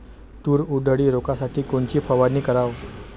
तूर उधळी रोखासाठी कोनची फवारनी कराव?